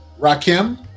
Rakim